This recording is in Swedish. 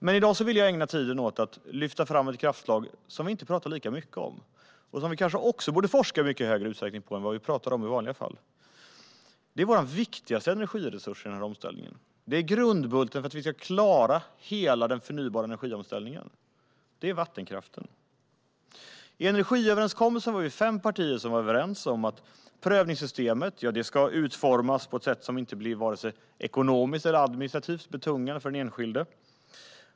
Men i dag vill jag ägna tiden åt att lyfta fram ett kraftslag som vi inte talar lika mycket om och som vi kanske också borde forska på i mycket högre utsträckning än vad vi talar om i vanliga fall. Det är vår viktigaste energiresurs i den här omställningen, grundbulten för att vi ska klara hela omställningen till förnybart - vattenkraften. I energiöverenskommelsen var vi fem partier som var överens om att prövningssystemet för vattenkraft ska utformas på ett sätt som inte blir administrativt eller ekonomiskt betungande för den enskilde.